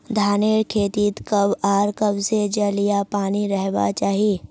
धानेर खेतीत कब आर कब से जल या पानी रहबा चही?